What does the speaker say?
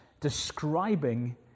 describing